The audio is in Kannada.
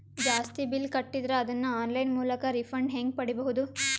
ಜಾಸ್ತಿ ಬಿಲ್ ಕಟ್ಟಿದರ ಅದನ್ನ ಆನ್ಲೈನ್ ಮೂಲಕ ರಿಫಂಡ ಹೆಂಗ್ ಪಡಿಬಹುದು?